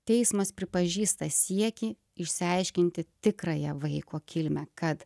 teismas pripažįsta siekį išsiaiškinti tikrąją vaiko kilmę kad